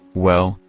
well,